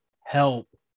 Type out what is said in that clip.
help